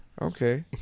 okay